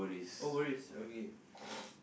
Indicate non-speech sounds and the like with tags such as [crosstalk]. oh worries okay [noise]